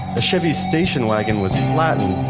a chevy station wagon was flattened,